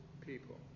people